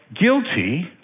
guilty